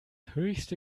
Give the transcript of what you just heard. höchste